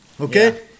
Okay